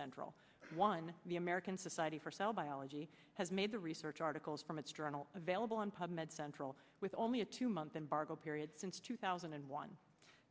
central one the american society for cell biology has made the research articles from its journal available on pub med central with only a two month embargo period since two thousand and one